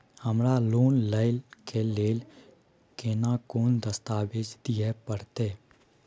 हमरा लोन लय के लेल केना कोन दस्तावेज दिए परतै?